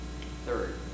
Third